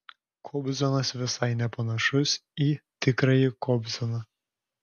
kobzonas visai nepanašus į tikrąjį kobzoną